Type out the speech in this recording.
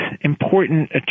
important